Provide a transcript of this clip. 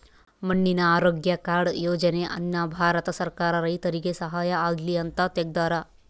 ಮಣ್ಣಿನ ಆರೋಗ್ಯ ಕಾರ್ಡ್ ಯೋಜನೆ ಅನ್ನ ಭಾರತ ಸರ್ಕಾರ ರೈತರಿಗೆ ಸಹಾಯ ಆಗ್ಲಿ ಅಂತ ತೆಗ್ದಾರ